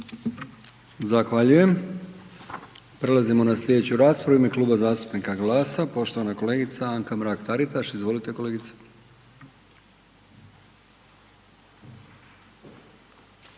Zahvaljujem. Prelazimo na slijedeću raspravu, u ime Kluba zastupnika GLAS-a poštovana kolegica Anka Mrak-Taritaš, izvolite kolegice.